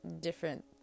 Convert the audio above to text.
different